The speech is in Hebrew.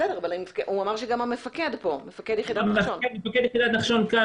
מפקד יחידת נחשון כאן,